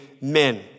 men